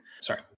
Sorry